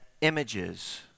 images